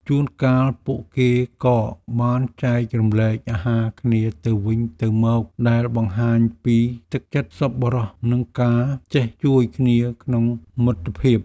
ជួនកាលពួកគេក៏បានចែករំលែកអាហារគ្នាទៅវិញទៅមកដែលបង្ហាញពីទឹកចិត្តសប្បុរសនិងការចេះជួយគ្នាក្នុងមិត្តភាព។